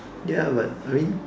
ya but I mean